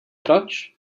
proč